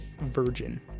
virgin